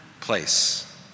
place